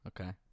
Okay